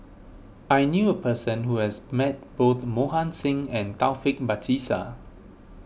I knew a person who has met both Mohan Singh and Taufik Batisah